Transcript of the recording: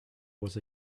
was